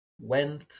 went